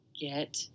Get